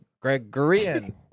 Gregorian